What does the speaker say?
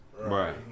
Right